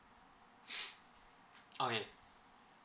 okay